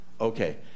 okay